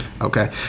Okay